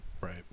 Right